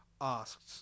asked